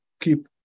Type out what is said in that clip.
keep